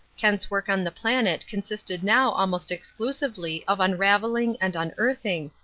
kent's work on the planet consisted now almost exclusively of unravelling and unearthing,